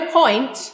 point